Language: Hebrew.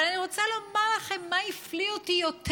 אבל אני רוצה לומר לכם מה הפליא אותי יותר.